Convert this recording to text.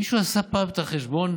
מישהו עשה פעם את החשבון